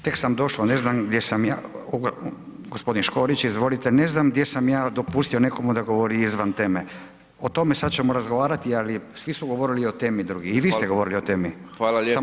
Tek sam došao, ne znam gdje sam ja, gospodin Škorić izvolite, ne znam gdje sam ja dopustio nekomu da govori izvan teme, o tome sad ćemo razgovarati, ali svi su govorili o temi drugi, i vi ste govorili o temi, samo ste vi govorili.